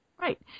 Right